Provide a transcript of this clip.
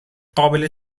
قابل